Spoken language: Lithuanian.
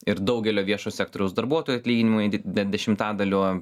ir daugelio viešo sektoriaus darbuotojų atlyginimai di de dešimtadaliu